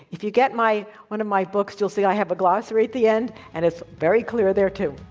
if you get my one of my books, you'll see, i have a glossary at the end. and it's very clear there too.